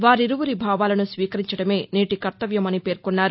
వారిరువురి భావాలను స్వీకరించడమే నేటి కర్తవ్యమని పేర్కొన్నారు